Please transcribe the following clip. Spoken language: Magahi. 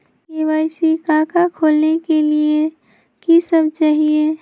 के.वाई.सी का का खोलने के लिए कि सब चाहिए?